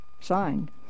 signed